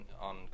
on